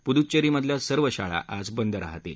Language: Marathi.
पुदुच्चेरीमधल्या सर्व शाळा आज बंद राहतील